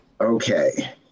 okay